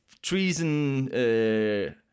Treason